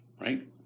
right